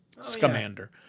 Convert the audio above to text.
Scamander